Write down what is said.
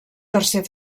tercer